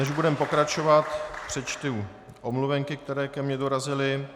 Než budeme pokračovat, přečtu omluvenky, které ke mně dorazily.